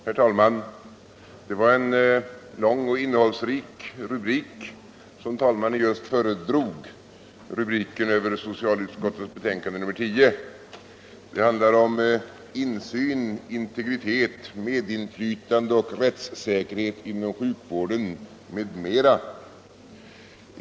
Herr talman! Det var en lång och innehållsrik rubrik som talmannen just föredrog, rubriken över socialutskottets betänkande nr 10. Det handlar om insyn, integritet, medinflytande och rättssäkerhet inom sjukvården m.m.